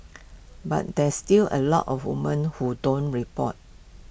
but there's still A lot of woman who don't report